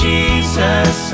Jesus